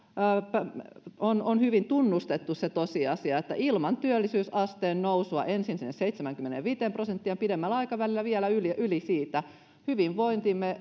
on on hyvin tunnustettu se tosiasia että ilman työllisyysasteen nousua ensin sinne seitsemäänkymmeneenviiteen prosenttiin ja pidemmällä aikavälillä vielä yli siitä